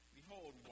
behold